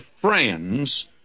friends